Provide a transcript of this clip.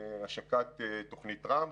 השקת תוכנית טראמפ,